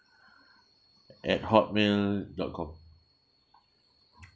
at hotmail dot com